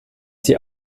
sie